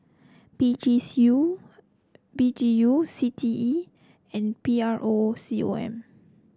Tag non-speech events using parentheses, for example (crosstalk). P G (unintelligible) P G U C T E and P R O C O M